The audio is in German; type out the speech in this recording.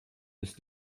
ist